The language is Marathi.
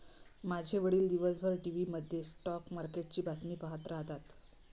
माझे वडील दिवसभर टीव्ही मध्ये स्टॉक मार्केटची बातमी पाहत राहतात